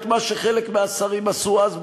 את מה שחלק מהשרים עשו אז,